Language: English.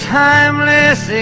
timeless